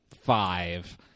five